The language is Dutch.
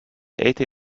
eten